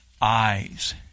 eyes